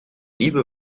nieuwe